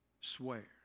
swear